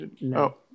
No